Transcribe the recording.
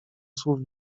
słów